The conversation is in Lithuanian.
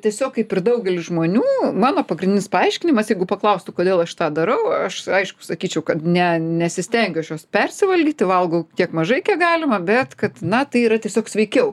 tiesiog kaip ir daugelis žmonių mano pagrindinis paaiškinimas jeigu paklaustų kodėl aš tą darau aš aišku sakyčiau kad ne nesistengiu aš šios persivalgyti valgau tiek mažai kiek galima bet kad na tai yra tiesiog sveikiau